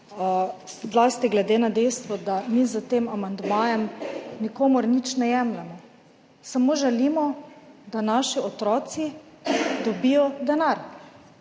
Zlasti glede na dejstvo, da mi s tem amandmajem nikomur nič ne jemljemo. Samo želimo, da naši otroci dobijo denar